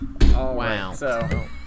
Wow